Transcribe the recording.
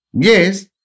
yes